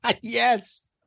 Yes